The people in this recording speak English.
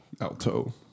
Alto